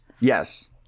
Yes